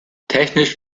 technisch